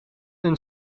een